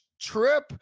trip